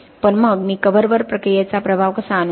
पण मग मी कव्हरवर प्रक्रियेचा प्रभाव कसा आणू